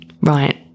right